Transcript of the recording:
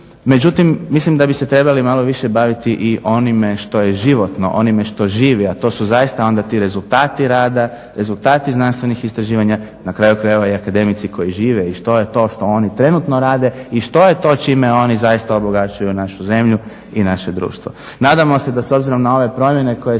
međutim mislim da bi se trebali malo više baviti i onime što je životno, onime što živi, a to su zaista onda ti rezultati rada, rezultati znanstvenih istraživanja, na kraju krajeva i akademici koji žive i što je to što oni trenutno rade i što je to čime oni obogaćuju našu zemlju i naše društvo. Nadamo se da s obzirom na ove promjene koje